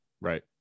Right